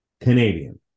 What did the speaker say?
Canadian